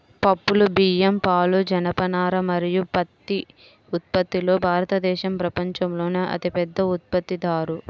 పప్పులు, బియ్యం, పాలు, జనపనార మరియు పత్తి ఉత్పత్తిలో భారతదేశం ప్రపంచంలోనే అతిపెద్ద ఉత్పత్తిదారు